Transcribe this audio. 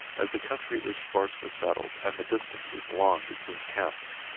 as the country is sparsely settled and the distances long between camps.